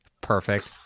perfect